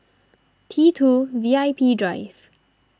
T two VIP Drive